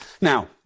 Now